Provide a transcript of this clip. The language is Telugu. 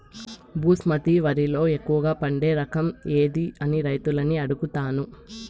బాస్మతి వరిలో ఎక్కువగా పండే రకం ఏది అని రైతులను అడుగుతాను?